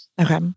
Okay